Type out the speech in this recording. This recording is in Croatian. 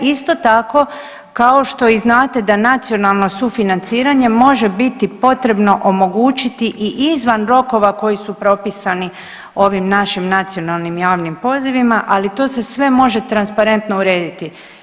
Isto tako kao što i znate da nacionalno sufinanciranje može biti potrebno omogućiti i izvan rokova koji su propisani ovim našim nacionalnim javnim pozivima, ali to se sve može transparentno urediti.